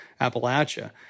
Appalachia